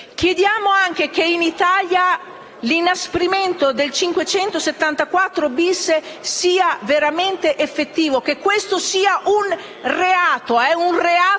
Chiediamo anche che in Italia l'inasprimento dell'articolo 574-*bis* sia veramente effettivo e che questo sia un reato: è un reato